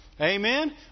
Amen